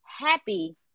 happy